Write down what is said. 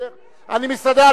אני מסתדר.